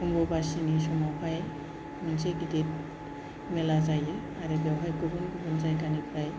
अम्बुबासिनि समावहाय मोनसे गिदिर मेला जायो आरो बेयावहाय गुबुन गुबुन जायगानिफ्राय